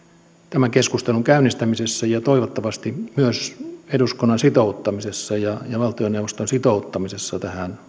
tämän keskustelun käynnistämisessä ja toivottavasti myös eduskunnan ja valtioneuvoston sitouttamisessa tähän aloite